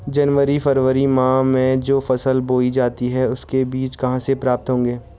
जनवरी फरवरी माह में जो फसल बोई जाती है उसके बीज कहाँ से प्राप्त होंगे?